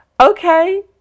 okay